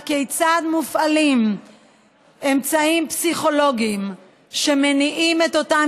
כיצד מופעלים אמצעים פסיכולוגיים שמניעים את אותם